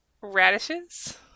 radishes